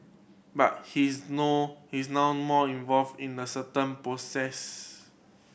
but he's nor he's now more involved in the certain process